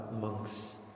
monks